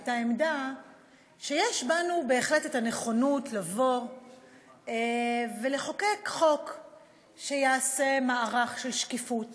את העמדה שיש בנו בהחלט נכונות לבוא ולחוקק חוק שיעשה מערך של שקיפות